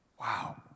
Wow